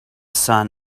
sun